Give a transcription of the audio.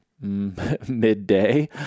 midday